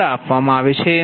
દ્વારા આપવામાં આવે છે